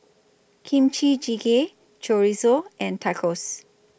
Kimchi Jjigae Chorizo and Tacos